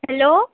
hello